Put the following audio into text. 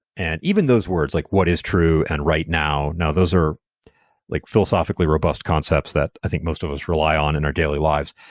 and even those words, like what is true and right now, now, those are like philosophically robust concepts that i think most of us rely on in our daily lives.